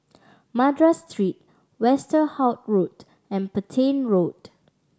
Madras Street Westerhout Road and Petain Road